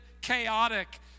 chaotic